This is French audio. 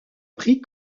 prix